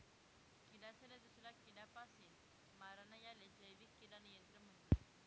किडासले दूसरा किडापासीन मारानं यालेच जैविक किडा नियंत्रण म्हणतस